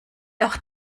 auch